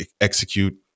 execute